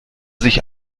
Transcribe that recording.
sich